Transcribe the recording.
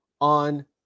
on